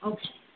Okay